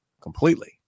completely